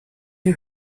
die